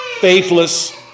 faithless